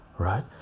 right